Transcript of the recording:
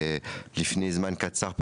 לפני זמן קצר,